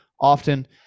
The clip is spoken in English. often